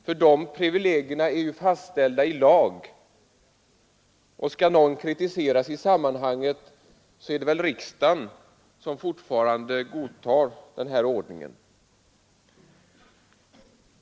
Dessa privilegier är ju fastställda i lag, och skall någon kritiseras i sammanhanget så är det väl riksdagen, som fortfarande godtar denna ordning.